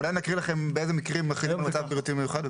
אולי נקריא לכם באיזה מקרים מחילים מצב בריאותי מיוחד.